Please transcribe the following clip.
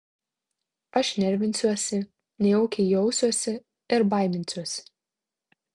aš nervinsiuosi nejaukiai jausiuosi ir baiminsiuosi